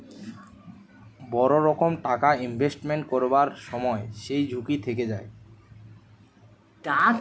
বড় রকম টাকা ইনভেস্টমেন্ট করবার সময় যেই ঝুঁকি থেকে যায়